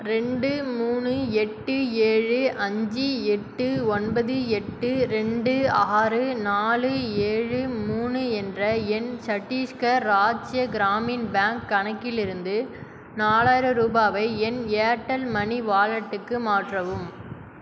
ரெண்டு மூணு எட்டு ஏழு அஞ்சு எட்டு ஒன்பது எட்டு ரெண்டு ஆறு நாலு ஏழு மூணு என்ற என் சட்டீஸ்கர் ராஜ்ய கிராமின் பேங்க் கணக்கிலிருந்து நாலாயிரம் ரூபாவை என் ஏர்டெல் மணி வாலெட்டுக்கு மாற்றவும்